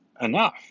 enough